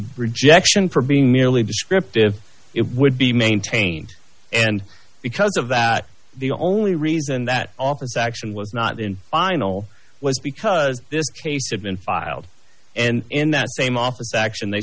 rejection for being merely descriptive it would be maintained and because of that the only reason that office action was not in final was because this case had been filed and in that same office action they